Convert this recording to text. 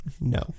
No